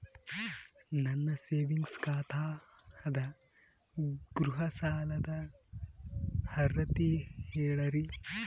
ನನ್ನ ಸೇವಿಂಗ್ಸ್ ಖಾತಾ ಅದ, ಗೃಹ ಸಾಲದ ಅರ್ಹತಿ ಹೇಳರಿ?